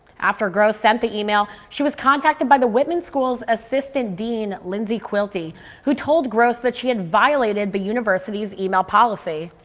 after grosz sent the email she was contacted by the whitman school's assistant dean lindsay quilty who told grosz that she and violated the university's email policy.